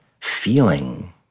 feeling